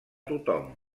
tothom